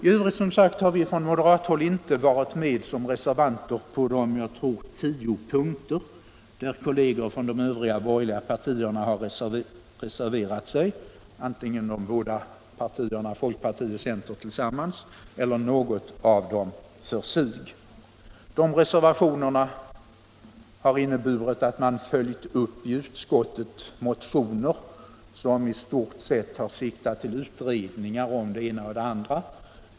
I övrigt har vi som sagt från moderathåll inte varit med som reservanter på de tio punkter där kolleger från de övriga borgerliga partierna har reserverat sig, antingen folkpartiet och centern tillsammans eller något av dem för sig. De reservationerna har inneburit att man i utskottet har följt upp motioner som i stort sett har siktat till utredningar om det ena och det andra.